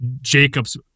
Jacobs